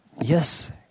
Yes